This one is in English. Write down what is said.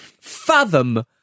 fathom